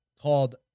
called